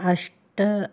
अष्ट